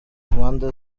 mpande